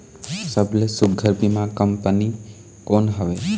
सबले सुघ्घर बीमा कंपनी कोन हवे?